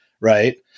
right